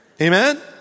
Amen